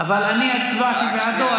אבל אני הצבעתי בעדו,